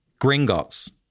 Gringotts